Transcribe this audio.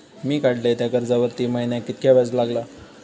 मी काडलय त्या कर्जावरती महिन्याक कीतक्या व्याज लागला?